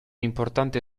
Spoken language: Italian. importante